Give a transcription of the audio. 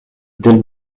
del